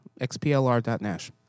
xplr.nash